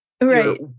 Right